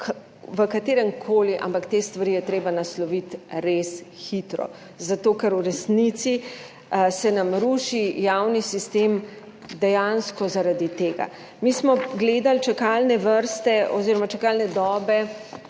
v katerem koli, ampak te stvari je treba nasloviti res hitro, zato ker se nam v resnici ruši javni sistem dejansko zaradi tega. Mi smo gledali čakalne vrste oziroma čakalne dobe,